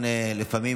שלא הספיק להגיע